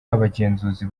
abagenzuzi